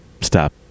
stop